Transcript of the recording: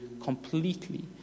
completely